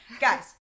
guys